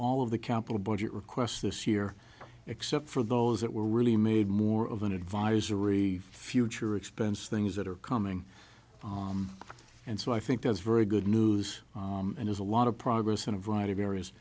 all of the capital budget requests this year except for those that were really made more of an advisory future expense things that are coming and so i think that's very good news and there's a lot of progress in a variety of areas